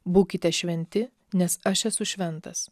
būkite šventi nes aš esu šventas